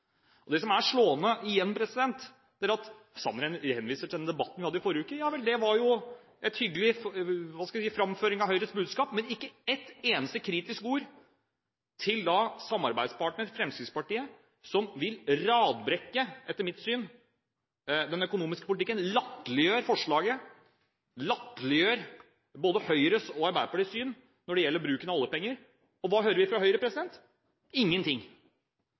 Det som også er slående, er at Sanner henviser til den debatten vi hadde i forrige uke. Ja vel, det var jo en hyggelig framføring av Høyres budskap, men ikke et eneste kritisk ord til samarbeidspartneren Fremskrittspartiet, som etter mitt syn vil radbrekke den økonomiske politikken, og som latterliggjør forslaget, latterliggjør både Høyres og Arbeiderpartiets syn når det gjelder bruken av oljepenger. Og hva hører vi fra Høyre? Ingenting.